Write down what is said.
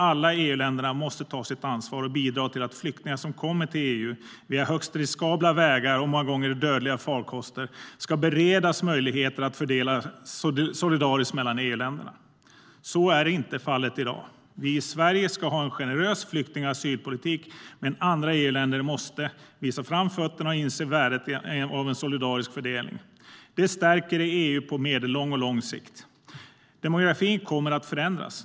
Alla EU-länderna måste ta sitt ansvar och bidra till att flyktingar som kommer till EU via högst riskabla vägar och många gånger dödliga farkoster ska beredas möjligheter att fördelas solidariskt mellan EU-länderna. Så är inte fallet i dag. Vi i Sverige ska ha en generös flykting och asylpolitik, men andra EU-länder måste visa framfötterna och inse värdet i att en solidarisk fördelning stärker EU på medellång och längre sikt. Demografin kommer att förändras.